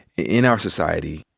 in our society,